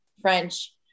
French